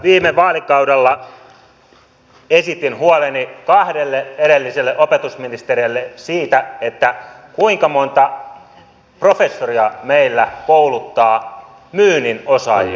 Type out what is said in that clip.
viime vaalikaudella esitin kahdelle edelliselle opetusministerille huoleni siitä kuinka monta professoria meillä kouluttaa myynnin osaajia